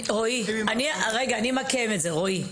אני אמקם את זה, רועי.